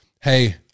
Hey